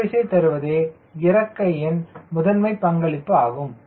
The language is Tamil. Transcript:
உயர் விசை தருவது இறக்கையின் முதன் பங்களிப்பு ஆகும்